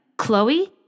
Chloe